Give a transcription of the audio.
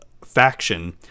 faction